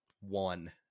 one